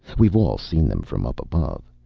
we've all seen them from up above.